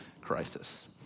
crisis